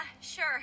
sure